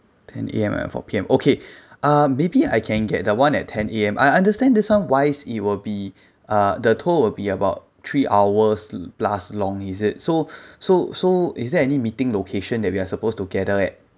ten A_M and four P_M okay uh maybe I can get the one at ten A_M I understand this [one] wise it will be uh the tour would be about three hours plus long is it so so so is there any meeting location that we are supposed to gather at